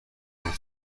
بود